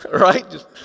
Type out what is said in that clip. Right